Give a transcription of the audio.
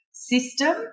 System